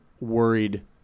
worried